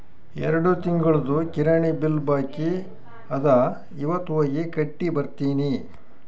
ಎರಡು ತಿಂಗುಳ್ದು ಕಿರಾಣಿ ಬಿಲ್ ಬಾಕಿ ಅದ ಇವತ್ ಹೋಗಿ ಕಟ್ಟಿ ಬರ್ತಿನಿ